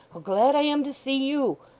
how glad i am to see you!